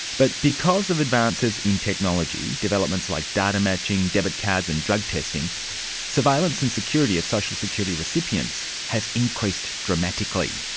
but because of advances in technology developments like data matching, debit cards and drug testing surveillance and scrutiny of social security recipients has increased dramatically.